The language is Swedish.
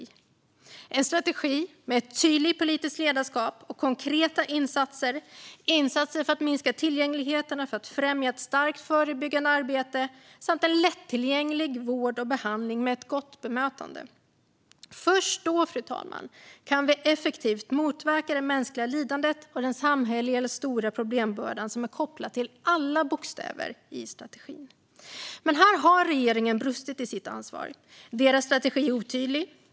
Det ska vara en strategi med ett tydligt politiskt ledarskap och konkreta insatser för att minska tillgängligheten och för att främja ett starkt förebyggande arbete samt en lättillgänglig vård och behandling med ett gott bemötande. Först då, fru talman, kan vi effektivt motverka det mänskliga lidandet och den samhälleliga stora problembörda som är kopplad till alla bokstäver i strategin. Men här har regeringen brustit i sitt ansvar. Deras strategi är otydlig.